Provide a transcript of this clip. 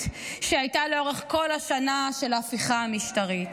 שהייתה לאורך כל השנה של ההפיכה המשטרית.